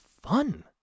fun